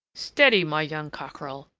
steady, my young cockerel!